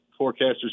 forecasters